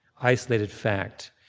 isolated fact.